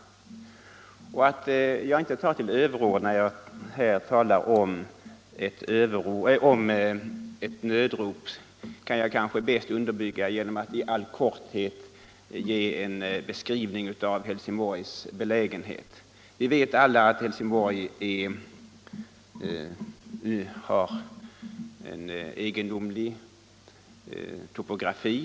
Att jag inte tar till överord när jag talar om ett nödrop kan jag kanske bäst underbygga genom att i all korthet ge en beskrivning av Helsingborgs belägenhet. Vi vet alla att Helsingborg har en egendomlig topografi.